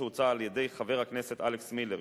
שהוצע על-ידי חבר הכנסת אלכס מילר,